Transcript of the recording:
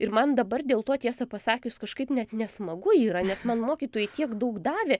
ir man dabar dėl to tiesą pasakius kažkaip net nesmagu yra nes man mokytojai tiek daug davė